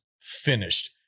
finished